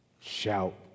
Shout